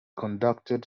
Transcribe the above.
conducted